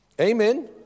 Amen